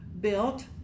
built